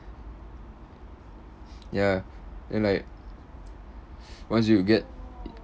ya and like once you get